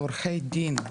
בעורכי דין,